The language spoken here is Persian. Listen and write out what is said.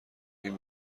این